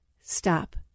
Stop